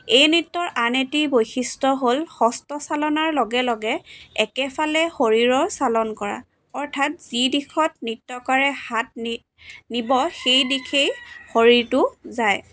এই নৃত্যৰ আন এটি বৈশিষ্ট্য হ'ল হস্ত চালনাৰ লগে লগে একেফালে শৰীৰৰ চালন কৰা অৰ্থাৎ যি দিশত নৃত্যকাৰে হাত নি নিব সেই দিশেই শৰীৰটো যায়